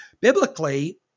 biblically